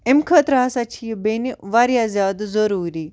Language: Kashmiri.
امہِ خٲطرٕ ہَسا چھِ یہِ بیٚنہِ واریاہ زیادٕ ضٔروٗری